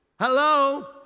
Hello